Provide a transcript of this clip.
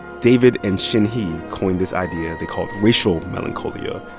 david and shinhee coined this idea they called racial melancholia.